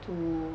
to